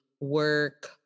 work